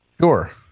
Sure